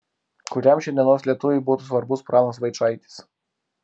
kuriam šiandienos lietuviui būtų svarbus pranas vaičaitis